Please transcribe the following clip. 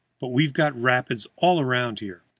but we've got rapids all around here,